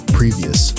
previous